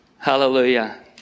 Hallelujah